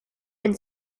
and